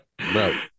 Right